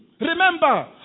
Remember